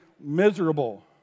Miserable